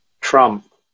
Trump